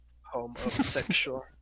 Homosexual